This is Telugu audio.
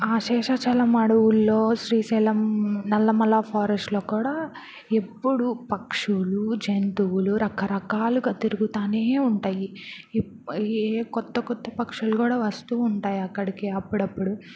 ఆ శేషచలం అడవుల్లో శ్రీశైలం నల్లమల్ల ఫారెస్టలో కూడా ఎప్పుడూ పక్షులు జంతువులు రకరకాలుగా తిరుగుతునే ఉంటాయి ఏ కొత్త కొత్త పక్షులు కూడా వస్తూ ఉంటాయి అక్కడికి అప్పుడప్పుడు